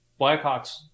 Blackhawks